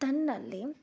ತನ್ನಲ್ಲಿ